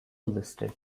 listed